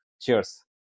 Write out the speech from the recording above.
Cheers